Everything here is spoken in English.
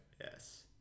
Yes